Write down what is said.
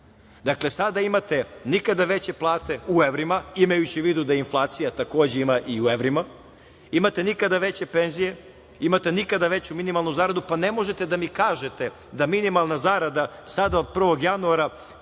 vlast. Dakle, sada imate nikada veće plate, u evrima, imajući u vidu da inflacija takođe ima i u evrima, imate nikada veće penzije, imate nikada veću minimalnu zaradu, pa ne možete da mi kažete da minimalna zarada sada od 1. januara